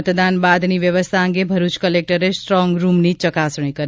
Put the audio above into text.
મતદાન બાદની વ્યવસ્થા અંગે ભરૂચ કલેક્ટરે સ્ટ્રોંગરૂમની ચકાસણી કરી